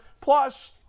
Plus